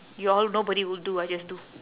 you all nobody will do I just do